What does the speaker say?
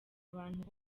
abantu